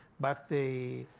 but they